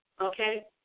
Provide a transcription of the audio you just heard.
Okay